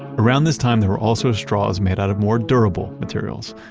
around this time there were also straws made out of more durable materials,